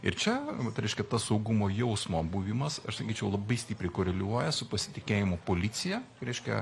ir čia vat reiškia tas saugumo jausmo buvimas aš sakyčiau labai stipriai koreliuoja su pasitikėjimu policija reiškia